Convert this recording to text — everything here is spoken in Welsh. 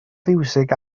fiwsig